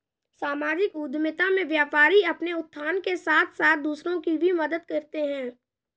सामाजिक उद्यमिता में व्यापारी अपने उत्थान के साथ साथ दूसरों की भी मदद करते हैं